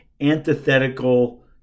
antithetical